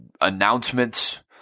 announcements